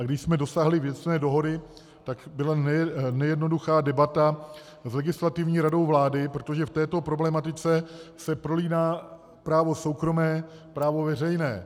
Když jsme dosáhli věcné dohody, tak byla nejednoduchá debata s Legislativní radou vlády, protože v této problematice se prolíná právo soukromé a právo veřejné.